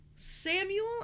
Samuel